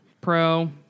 pro